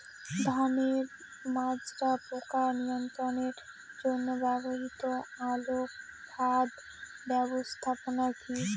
ধানের মাজরা পোকা নিয়ন্ত্রণের জন্য ব্যবহৃত আলোক ফাঁদ ব্যবস্থাপনা কি?